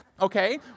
okay